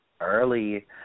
early